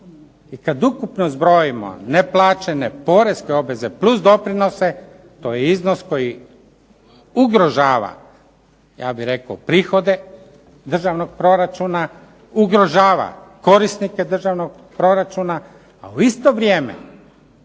I kad ukupno zbrojimo neplaćene poreske obveze plus doprinose, to je iznos koji ugrožava ja bih rekao prihode državnog proračuna, ugrožava korisnike državnog proračuna, a u isto vrijeme